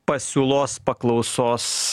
pasiūlos paklausos